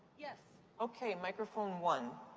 yes. okay, microphone one.